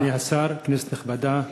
אדוני השר, כנסת נכבדה,